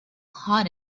hot